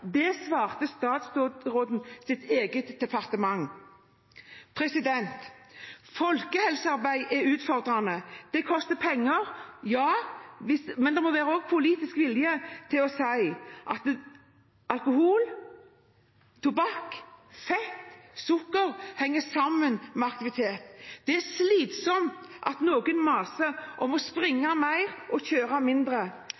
Det svarte statsrådens eget departement. Folkehelsearbeid er utfordrende. Det koster penger, ja, men det må også være politisk vilje til å si at alkohol, tobakk, fett og sukker henger sammen med aktivitet. Det er slitsomt at noen maser om å